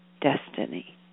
destiny